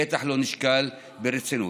בטח לא נשקל ברצינות.